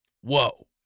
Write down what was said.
Whoa